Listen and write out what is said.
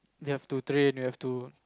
you have to train you have to